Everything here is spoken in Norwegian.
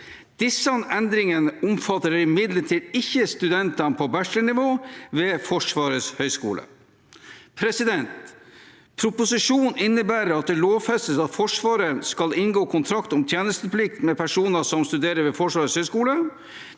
Disse endringene omfatter imidlertid ikke studentene på bachelornivå ved Forsvarets høgskole. Proposisjonen innebærer at det lovfestes at Forsvaret skal inngå kontrakt om tjenesteplikt med personer som studerer ved Forsvarets høgskole.